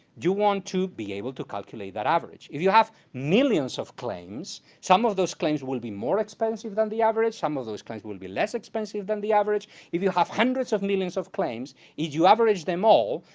you want to be able to calculate that average. if you have millions of claims, some of those claims will be more expensive than the average. some of those claims will be less expensive than the average. if you have hundreds of millions of claims, if you average them all,